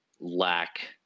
lack